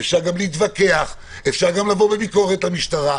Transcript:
אפשר גם להתווכח, אפשר גם לבוא בביקורת למשטרה.